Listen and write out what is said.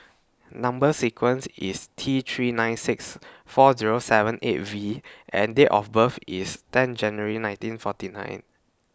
Number sequence IS T three nine six four Zero seven eight V and Date of birth IS ten January nineteen forty nine